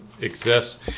exists